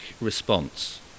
response